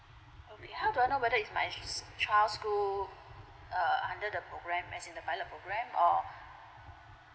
okay how do I know whether is my s~ child school err under the program as in the pilot program or